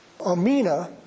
Amina